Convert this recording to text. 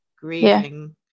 grieving